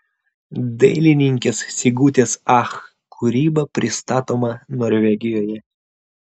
dailininkės sigutės ach kūryba pristatoma norvegijoje